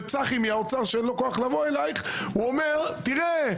וצחי דוד ממשרד האוצר שאין לו כוח לבוא אליך אומר: תראה,